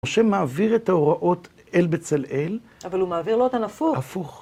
משה מעביר את ההוראות אל בצלאל, אבל הוא מעביר לא אותן, הפוך. הפוך.